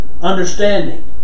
understanding